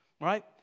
right